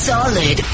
Solid